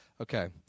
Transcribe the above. Okay